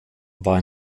war